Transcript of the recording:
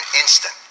instant